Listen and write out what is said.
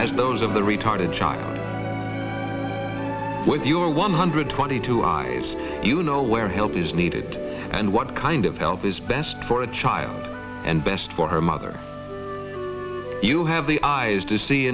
as those of the retarded child with your one hundred twenty two eyes you know where help is needed and what kind of help is best for a child and best for her mother you have the eyes to see